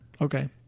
Okay